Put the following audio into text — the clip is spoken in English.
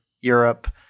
Europe